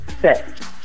set